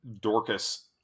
Dorcas